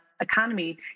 economy